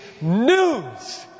news